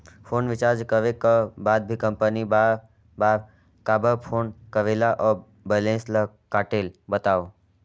Phone recharge करे कर बाद भी कंपनी बार बार काबर फोन करेला और बैलेंस ल काटेल बतावव?